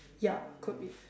ya could be